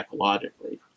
ecologically